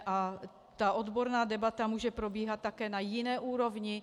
A odborná debata může probíhat také na jiné úrovni.